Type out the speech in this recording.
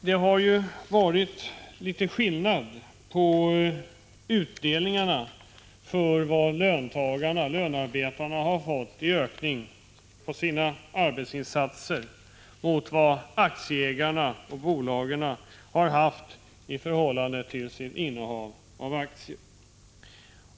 Det har ju varit litet skillnad mellan ökningen av utdelningen tilllönearbetarna på deras arbetsinsatser och utdelningen till aktieägarna och bolagen på deras innehav av aktier.